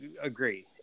agree